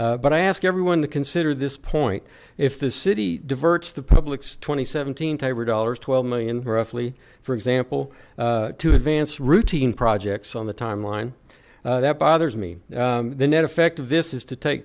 but i ask everyone to consider this point if the city diverts the public's twenty seventeen tyra dollars twelve million roughly for example to advance routine projects on the timeline that bothers me the net effect of this is to take